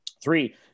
Three